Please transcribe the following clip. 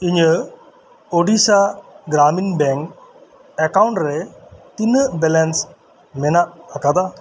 ᱤᱧᱟᱹᱜ Odisha Gramin bank account ᱨᱮ ᱛᱤᱱᱟᱹᱜ ᱵᱮᱞᱮᱱᱥ ᱢᱮᱱᱟᱜ ᱟᱠᱟᱫᱟ